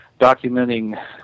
documenting